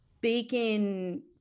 bacon